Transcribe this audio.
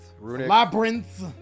labyrinth